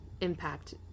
impact